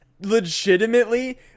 legitimately